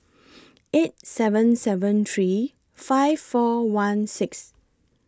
eight seven seven three five four one six